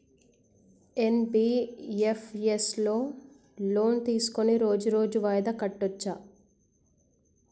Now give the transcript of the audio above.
NBFS లో loan తీస్కొని రోజు రోజు వాయిదా కట్టచ్ఛా?